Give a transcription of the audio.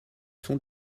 sont